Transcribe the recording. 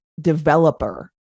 developer